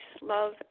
Love